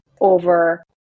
over